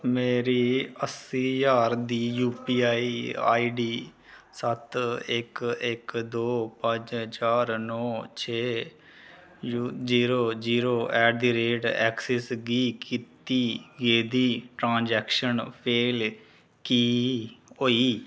मेरी अस्सी ज्हार दी U P I I D सत्त इक इक दो पंज चार नौ छे जीरो जीरो एट दी रेट एक्सिस गी कीती गेदी ट्रांजैक्शन फेल कीऽ होई